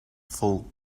full